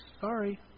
Sorry